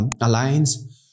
Alliance